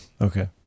okay